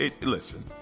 Listen